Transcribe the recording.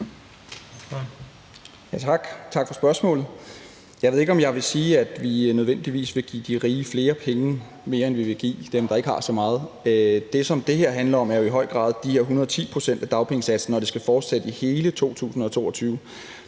tak for spørgsmålet. Jeg ved ikke, om jeg vil sige, at vi nødvendigvis vil give de rige flere penge end dem, der ikke har så meget. Det, som det her handler om, er jo i høj grad de her 110 pct. af dagpengesatsen og om, at det skal fortsætte i hele 2022.